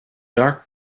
dark